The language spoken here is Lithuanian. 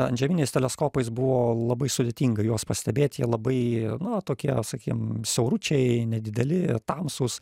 antžeminiais teleskopais buvo labai sudėtinga juos pastebėti jie labai nu tokie sakykim siauručiai nedideli tamsūs